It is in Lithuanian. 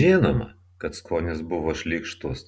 žinoma kad skonis buvo šleikštus